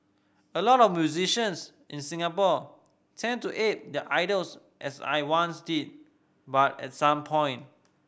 a lot of musicians in Singapore tend to ape their idols as I once did but at some point